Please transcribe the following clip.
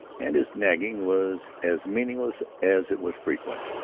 and his nagging was as meaningless as it was frequent.